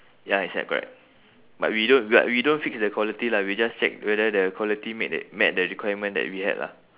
ya it's that correct but we don't but we don't fix the quality lah we just check whether the quality made the met the requirement that we had lah